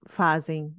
fazem